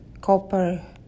copper